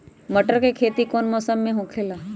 मटर के खेती कौन मौसम में होखेला?